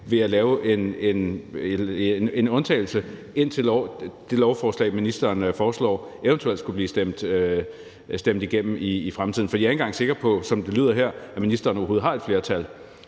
ved at lave en undtagelse, indtil det lovforslag, som ministeren foreslår, eventuelt skulle blive stemt igennem i fremtiden. For jeg er ikke engang sikker på, som det lyder her, at ministeren overhovedet har et flertal.